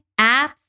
apps